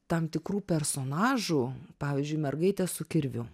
tam tikrų personažų pavyzdžiui mergaitė su kirviu